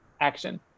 action